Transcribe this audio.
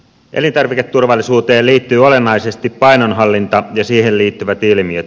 elintarviketurvallisuuteen liittyy olennaisesti painonhallinta ja siihen liittyvät ilmiöt